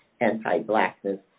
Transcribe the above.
anti-blackness